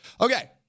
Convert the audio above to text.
okay